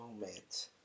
moment